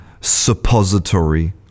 suppository